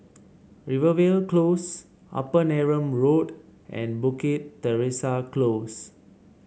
Rivervale Close Upper Neram Road and Bukit Teresa Close